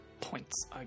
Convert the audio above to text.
points